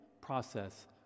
process